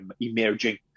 emerging